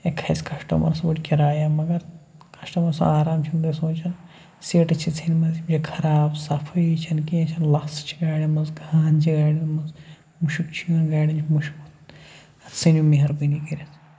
ہے کھَسہِ کَسٹمَرَس اوٗرۍ کِرایہ مگر کسٹمَر سُنٛد آرام چھِو نہٕ تُہۍ سونٛچان سیٖٹہٕ چھِ ژھٮ۪نمٕژ یِم چھِ خراب صفٲیی چھَنہ کینٛہہ یہِ چھےٚ لَژھ چھےٚ گھاڑٮ۪ن منٛز کھَان چھِ گھاڑٮ۪ن منٛز مُشُک چھِ یِوان گاڑٮ۪ن چھِ مُشُک ووٚتھمُت اَتھ سٔنِو مہربٲنی کٔرِتھ